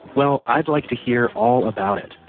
well, i'd like to hear all about it.